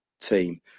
team